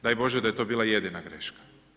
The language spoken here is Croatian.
Daj Bože da je to bila jedina greška.